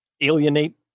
alienate